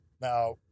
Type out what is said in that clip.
Now